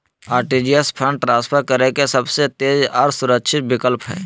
RTGS fund transfer करे के सबसे तेज आर सुरक्षित विकल्प हय